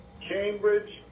Cambridge